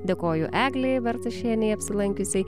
dėkoju eglei bartašienei apsilankiusiai